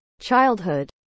Childhood